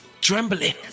trembling